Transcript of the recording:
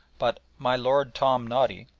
but my lord tom noddy,